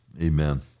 amen